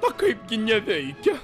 o kaipgi neveikia